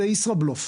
זה ישראבלוף.